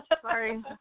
Sorry